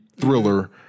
thriller